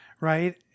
right